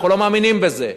אנחנו מאמינים בזה.